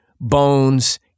bones